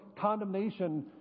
condemnation